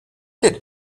did